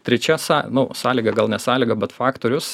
trečia są nu sąlyga gal ne sąlyga bet faktorius